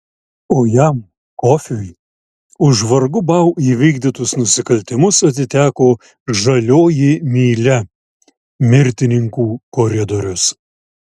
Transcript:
o jam kofiui už vargu bau įvykdytus nusikaltimus atiteko žalioji mylia mirtininkų koridorius